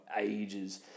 ages